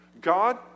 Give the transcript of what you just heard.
God